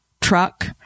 truck